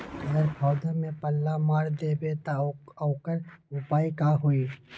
अगर पौधा में पल्ला मार देबे त औकर उपाय का होई?